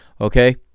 Okay